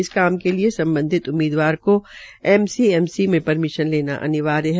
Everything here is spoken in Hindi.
इस कार्य के लिए सम्बधिंत उम्मीदवार को एमसीएमसी से परमिशन लेना अनिवार्य है